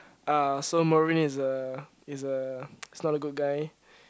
ah so Mervin is a is a is not a good guy